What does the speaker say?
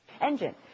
Engine